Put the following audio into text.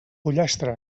pollastre